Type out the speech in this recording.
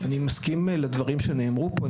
אני מסכים לדברים שנאמרו פה.